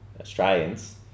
Australians